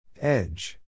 Edge